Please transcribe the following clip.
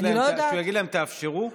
שהוא יגיד להם: תאפשרו?